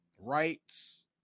rights